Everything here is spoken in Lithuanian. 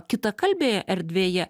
kitakalbėje erdvėje